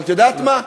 אבל את יודעת מה,